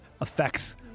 effects